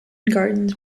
gardens